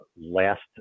last